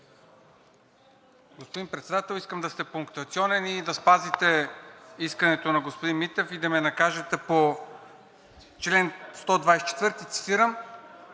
Господин Председател, искам да сте пунктуационен и да спазите искането на господин Митев, и да ме накажете по чл.124, цитирам: